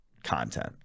content